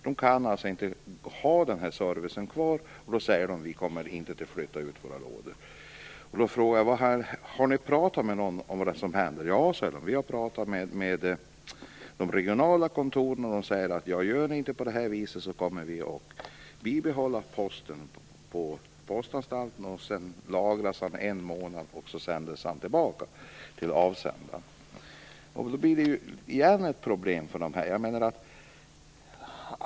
De kan inte ha denna service kvar. De säger då: Vi kommer inte att flytta ut våra brevlådor. Jag frågade dem: Har ni pratat med någon om vad som händer? Ja, säger de. Vi har pratat med de regionala kontoren. Där säger de: Gör ni inte på det här viset kommer vi att behålla posten på postanstalterna. Där lagras den en månad, och sedan sänds den tillbaka till avsändaren. Då blir det återigen ett problem för dessa människor.